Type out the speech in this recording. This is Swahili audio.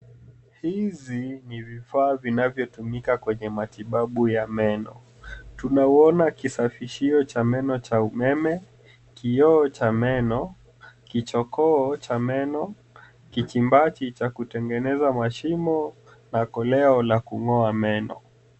Hizi ni vifaa vinavyotumika kwenye matibabu ya meno. Tutaona kisafishio cha meno cha umeme, kioo cha meno, kichokoo cha meno, kikimbati cha kutengeneza mashimo, na koleo la kung’oa meno.